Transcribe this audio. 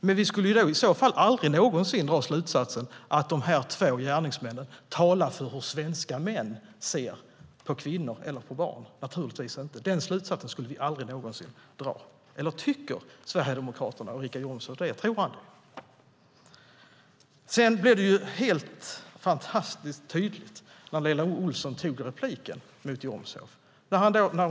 Men vi skulle aldrig någonsin dra slutsatsen att de här två gärningsmännen talar för hur svenska män ser på kvinnor eller barn. Den slutsatsen skulle vi aldrig någonsin dra. Eller tycker Sverigedemokraterna och Richard Jomshof det? Tror han det? När Lena Olsson tog en replik blev det fantastiskt tydligt.